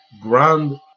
grand